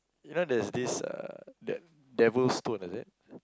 you know there's this uh De~ Devil-Stone is it